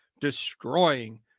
destroying